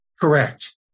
Correct